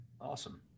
awesome